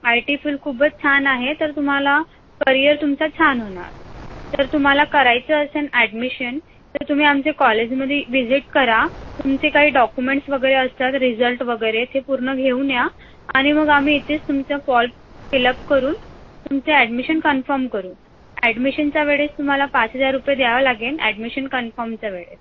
I T field खूपच छान आहे तर तुम्हाला करियर तुमचं छान होणार जर तुम्हाला करायचं असेन ॲडमिशन तर तुम्ही आमच्या कॉलेजमध्ये व्हिजिट करा तुमचे काही डॉकुमेंट्स वगैरे असतात रिझल्ट वगैरे ते पूर्ण घेऊन या आणि मग आम्ही इथेच तुमचं कॉल फिलप करून तुमचे ॲडमिशन कन्फम करू ॲडमिशनच्या वेळेस तुम्हाला पाच हजार रुपये द्यावं लागेन ॲडमिशन कन्फमच्या वेळेस